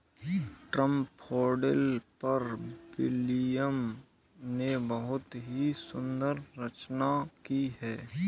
daffodil पर William ने बहुत ही सुंदर रचना की है